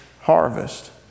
harvest